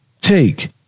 Take